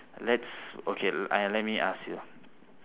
let's okay I let me ask you